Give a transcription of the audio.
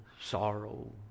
sorrow